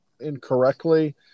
incorrectly